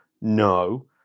no